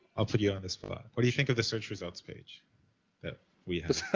i'll put you on the spot. what do you think of the search results page that we have?